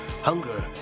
hunger